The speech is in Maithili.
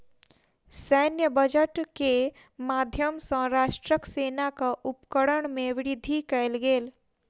सैन्य बजट के माध्यम सॅ राष्ट्रक सेनाक उपकरण में वृद्धि कयल गेल